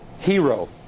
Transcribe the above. hero